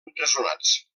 empresonats